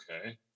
Okay